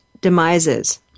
demises